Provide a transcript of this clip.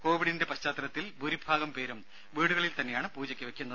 കോവിഡിന്റെ പശ്ചാത്തലത്തിൽ ഭൂരിഭാഗം പേരും വീടുകളിൽ തന്നെയാണ് പൂജ വെയ്ക്കുന്നത്